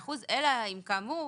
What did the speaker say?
מ-35% אלא אם כאמור,